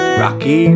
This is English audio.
Rocky